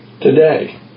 today